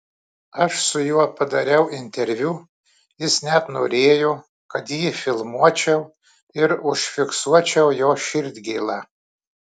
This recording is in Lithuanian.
aš su juo padariau interviu jis net norėjo kad jį filmuočiau ir užfiksuočiau jo širdgėlą